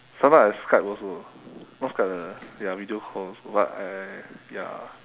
sometimes I skype also not skype lah ya video call also but I ya